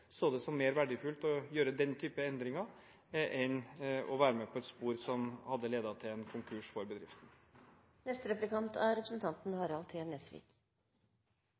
så det som mer verdifullt å gjøre den typen endringer, enn å være med på et spor som hadde ledet til en konkurs for bedriften. Det er